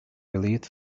relieved